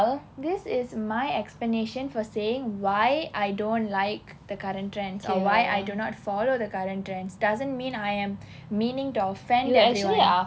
this is my explanation for saying why I don't like the current trends or why I do not follow the current trends doesn't mean I am meaning to offend anyone